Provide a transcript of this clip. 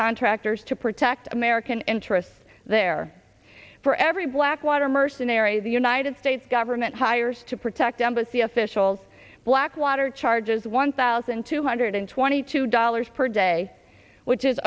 contractors to protect american interests there for every blackwater mercenary the united states government hires to protect embassy officials blackwater charges one thousand two hundred twenty two dollars per day which is